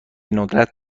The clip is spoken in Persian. ندرت